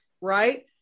Right